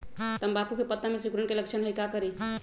तम्बाकू के पत्ता में सिकुड़न के लक्षण हई का करी?